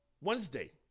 Wednesday